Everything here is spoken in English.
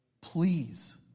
Please